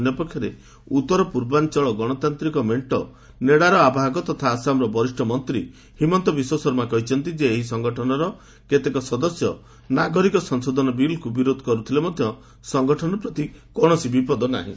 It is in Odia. ଅନ୍ୟପକ୍ଷରେ ଉତ୍ତର ପୂର୍ବାଞ୍ଚଳ ଗଣତାନ୍ତ୍ରିକ ମେଣ୍ଟ ନେଡାର ଆବାହକ ତଥା ଆସାମର ବରିଷ୍ଣ ମନ୍ତ୍ରୀ ହିମନ୍ତ ବିଶ୍ୱଶର୍ମା କହିଛନ୍ତି ଯେ ଏହି ସଂଗଠନର କେତେକ ସଦସ୍ୟ ନାଗରିକ ସଂଶୋଧନ ବିଲ୍କୁ ବିରୋଧ କରୁଥିଲେ ମଧ୍ୟ ସଂଗଠନ ପ୍ରତି କୌଣସି ବିପଦ ନାହିଁ